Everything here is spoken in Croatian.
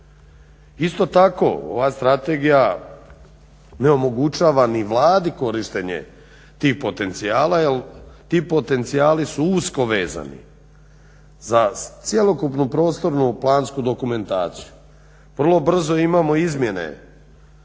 Isto tako, ova strategija ne omogućava ni Vladi korištenje tih potencijala jer ti potencijali su usko vezani za cjelokupnu prostorno-plansku dokumentaciju. Vrlo brzo imamo izmjene